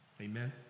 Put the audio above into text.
Amen